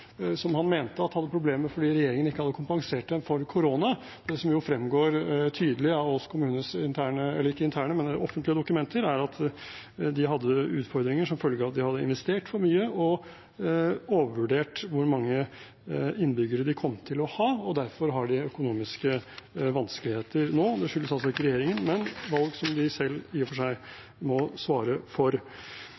som han mente hadde problemer fordi regjeringen ikke hadde kompensert dem for korona. Men det som fremgår tydelig av Ås kommunes offentlige dokumenter, er at de hadde utfordringer som følge av at de hadde investert for mye og overvurdert hvor mange innbyggere de kom til å ha, og derfor har de økonomiske vanskeligheter nå. Det skyldes altså ikke regjeringen, men valg som de i og for seg